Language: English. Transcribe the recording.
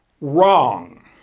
wrong